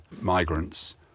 migrants